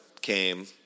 came